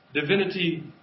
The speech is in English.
divinity